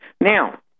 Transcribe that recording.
Now